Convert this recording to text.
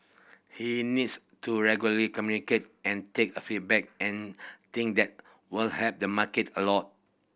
he needs to regularly communicate and take a feedback and think that will help the market a lot